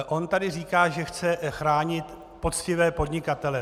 On tu říká, že chce chránit poctivé podnikatele.